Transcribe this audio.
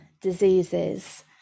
diseases